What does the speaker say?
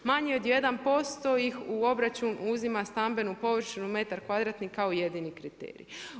Manje od 1% ih u obračun uzima stambenu površinu metar kvadratni kao jedini kriterij.